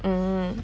mm